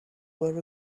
were